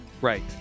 Right